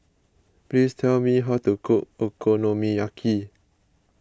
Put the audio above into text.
please tell me how to cook Okonomiyaki